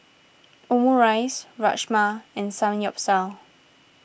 Omurice Rajma and Samgyeopsal